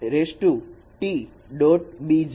bi